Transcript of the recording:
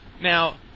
Now